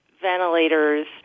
ventilators